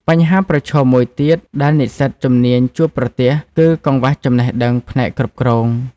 បញ្ហាប្រឈមមួយទៀតដែលនិស្សិតជំនាញជួបប្រទះគឺកង្វះចំណេះដឹងផ្នែកគ្រប់គ្រង។